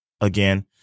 again